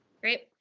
Great